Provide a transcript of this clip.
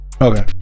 Okay